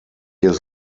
years